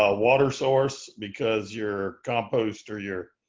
ah water source because your compost or your